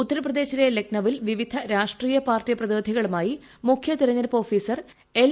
ഉത്തർപ്രദേശിലെ ലക്നൌവിൽ വിവിധ രാഷ്ട്രീയ പാർട്ടി പ്രതിനിധികളുമായി മുഖ്യ തെരഞ്ഞെടുപ്പ് ഓഫീസർ എൽ